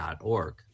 org